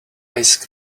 ice